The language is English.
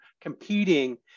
competing